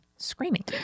Screaming